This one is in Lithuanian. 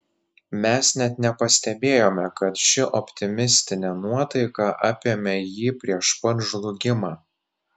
mes net nepastebėjome kad ši optimistinė nuotaika apėmė jį prieš pat žlugimą